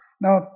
Now